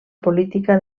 política